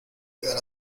quedar